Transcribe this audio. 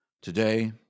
Today